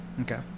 Okay